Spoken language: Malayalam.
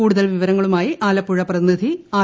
കൂടുതൽ വിവരങ്ങളുമായി ആലപ്പുഴ പ്രതിനിധി ആർ